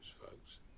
folks